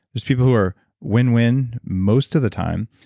there's people who are win-win most of the time,